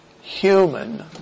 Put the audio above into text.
human